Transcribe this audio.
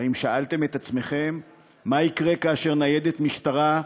האם שאלתם את עצמכם מה יקרה כאשר ניידת משטרה,